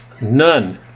None